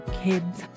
Kids